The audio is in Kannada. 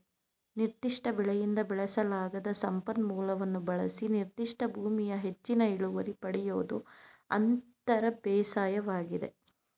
ನಿರ್ದಿಷ್ಟ ಬೆಳೆಯಿಂದ ಬಳಸಲಾಗದ ಸಂಪನ್ಮೂಲವನ್ನು ಬಳಸಿ ನಿರ್ದಿಷ್ಟ ಭೂಮಿಲಿ ಹೆಚ್ಚಿನ ಇಳುವರಿ ಪಡಿಯೋದು ಅಂತರ ಬೇಸಾಯವಾಗಿದೆ